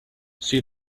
see